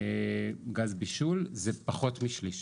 גז בישול זה פחות משליש.